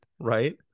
Right